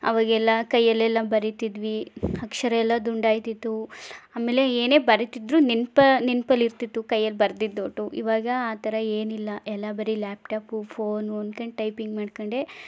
ಆವಾಗೆಲ್ಲ ಕೈಯ್ಯಲ್ಲೆಲ್ಲ ಬರಿತಿದ್ವಿ ಅಕ್ಷರ ಎಲ್ಲ ದುಂಡಾಗ್ತಿತ್ತು ಆಮೇಲೆ ಏನೇ ಬರಿತಿದ್ರೂ ನೆನ್ಪು ನೆನಪಲ್ಲಿರ್ತಿತ್ತು ಕೈಯ್ಯಲ್ಲಿ ಬರ್ದಿದ್ದೂ ಈವಾಗ ಆ ಥರ ಏನಿಲ್ಲ ಎಲ್ಲ ಬರಿ ಲ್ಯಾಪ್ ಟಾಪು ಫೋನು ಅಂದ್ಕೊಂಡು ಟೈಪಿಂಗ್ ಮಾಡ್ಕೊಂಡೆ